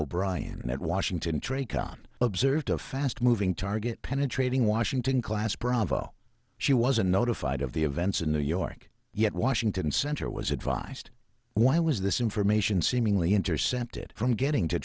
o'brien at washington tray conn observed a fast moving target penetrating washington class bravo she wasn't notified of the events in new york yet washington center was advised why was this information seemingly intercepted from getting to